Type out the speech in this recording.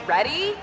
Ready